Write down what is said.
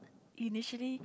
initially